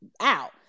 out